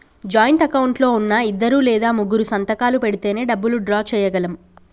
joint account లో ఉన్నా ఇద్దరు లేదా ముగ్గురూ సంతకాలు పెడితేనే డబ్బులు డ్రా చేయగలం